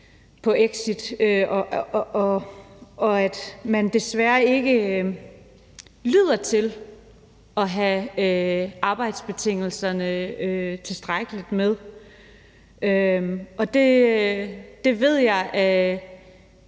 på exit, og at man desværre ikke lyder til at have arbejdsbetingelserne tilstrækkeligt med. Jeg ved,